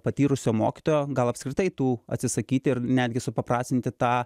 patyrusio mokytojo gal apskritai tų atsisakyti ir netgi supaprastinti tą